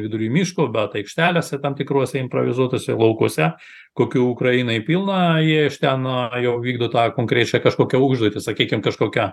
vidury miško bet aikštelėse tam tikruose improvizuotuose laukuose kokių ukrainoj pilna jie iš ten jau vykdo tą konkrečią kažkokią užduotį sakykim kažkokią